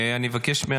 אני מבקש.